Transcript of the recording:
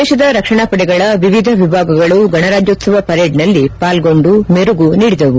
ದೇಶದ ರಕ್ಷಣಾ ಪಡೆಗಳ ವಿವಿಧ ವಿಭಾಗಗಳು ಗಣರಾಜ್ಯೋತ್ಸವ ಪರೇಡ್ನಲ್ಲಿ ಪಾಲ್ಗೊಂಡು ಮೆರುಗು ನೀಡಿದವು